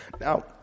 Now